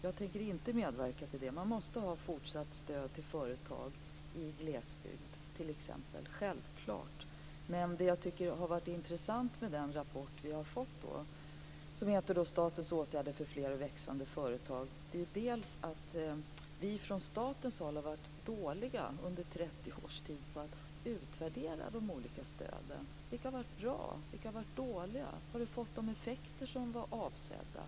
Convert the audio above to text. Jag tänker inte medverka till att stöden tas bort. Man måste ha fortsatt stöd till företag i t.ex. glesbygd. Det är självklart. Det som har varit intressant med den rapport som vi har fått, som heter Statens åtgärder för fler och växande företag, är att vi från statens håll under 30 års tid varit dåliga på att utvärdera de olika stöden. Vilka har varit bra? Vilka har varit dåliga? Har de fått de effekter som var avsedda?